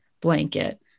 blanket